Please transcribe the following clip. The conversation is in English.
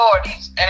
authorities